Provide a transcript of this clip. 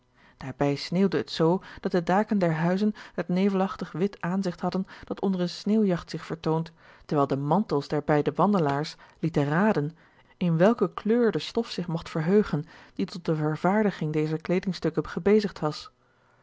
daarbij sneeuwde het zoo dat de daken der huizen het nevelachtig wit aanzigt hadden dat onder eene sneeuwjagt zich vertoont terwijl de mantels der beide wandelaars lieten raden in welke kleur de stof zich mogt verheugen die tot de vervaardiging dezer kleedingstukken gebezigd was